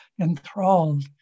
enthralled